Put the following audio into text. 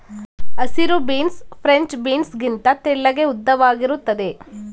ಹಸಿರು beans French beans ಗಿಂತ ತೆಳ್ಳಗೆ ಉದ್ದವಾಗಿರುತ್ತದೆ